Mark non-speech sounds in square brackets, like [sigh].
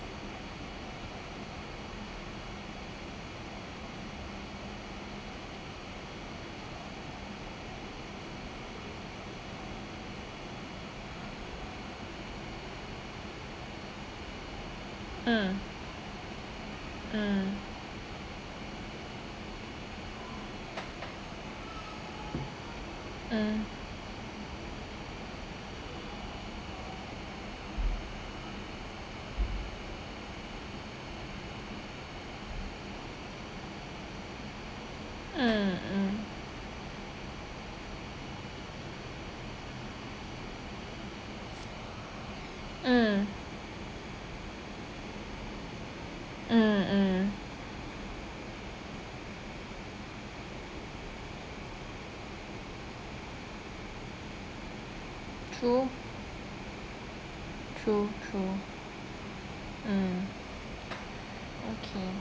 mm mm [noise] mm mm mm mm mm mm true true true mm [noise] okay